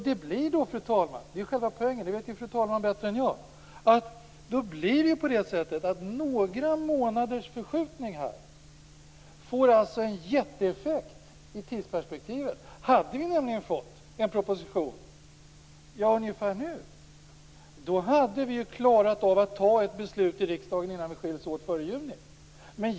Det blir så - det är själva poängen, det vet fru talman bättre än jag - att några månaders förskjutning får en jätteeffekt i tidsperspektivet. Hade vi fått en proposition ungefär nu hade vi klarat av att fatta ett beslut i riksdagen innan vi skiljs åt i juni.